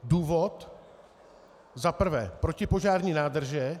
Důvod: Za prvé, protipožární nádrže.